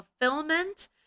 fulfillment